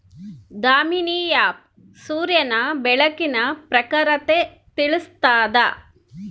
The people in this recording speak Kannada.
ದಾಮಿನಿ ಆ್ಯಪ್ ಸೂರ್ಯನ ಬೆಳಕಿನ ಪ್ರಖರತೆ ತಿಳಿಸ್ತಾದ